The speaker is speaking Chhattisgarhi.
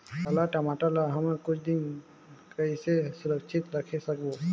पाला टमाटर ला हमन कुछ दिन कइसे सुरक्षित रखे सकबो?